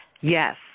Yes